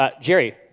Jerry